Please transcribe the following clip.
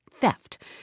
theft